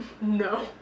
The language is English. No